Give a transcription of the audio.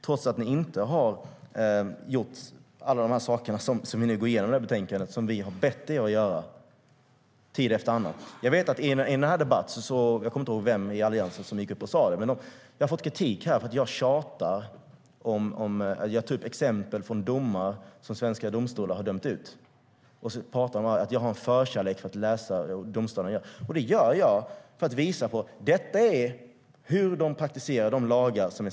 Ni gjorde inte alla de saker som vi nu går igenom i betänkandet och som vi har bett er att göra tid efter annan. Jag har fått kritik av Alliansen för att jag tar upp exempel från domar i svenska domstolar. Det sägs att jag har en förkärlek för att läsa domar. Det gör jag för att visa hur domstolarna praktiserar svensk lag.